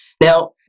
Now